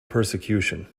persecution